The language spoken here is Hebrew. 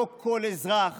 לא כל אזרח